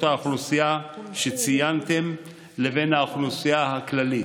האוכלוסייה שציינתם לבין האוכלוסייה הכללית.